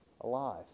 alive